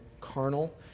carnal